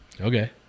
okay